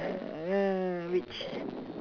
err which